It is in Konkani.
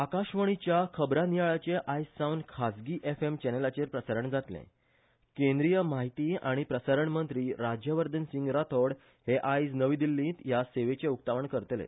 आकाशवाणीच्या खबरानियाळांचे आयज सावन खाजगी एफएम चॅनेलांचेर प्रसारण जातले केंद्रीय माहिती आनी प्रसारण मंत्री राज्यवर्धन सिंग राठोड हे आयज नवी दिछीत ह्या सेवेचे उक्तावण करतले